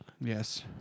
Yes